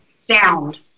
sound